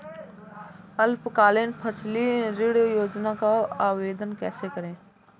अल्पकालीन फसली ऋण योजना का आवेदन कैसे करें?